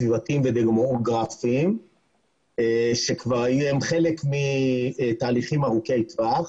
סביבתיים ודמוגרפיים שהם חלק מתהליכים ארוכי טווח.